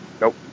nope